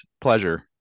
pleasure